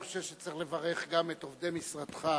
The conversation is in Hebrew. אני חושב שצריך לברך גם את עובדי משרדך.